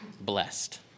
blessed